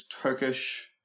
Turkish